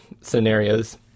scenarios